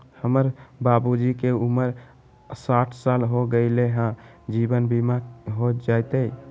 हमर बाबूजी के उमर साठ साल हो गैलई ह, जीवन बीमा हो जैतई?